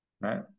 Right